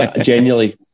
genuinely